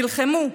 נלחמו,